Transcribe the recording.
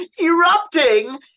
erupting